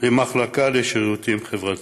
ל"מחלקה לשירותים חברתיים".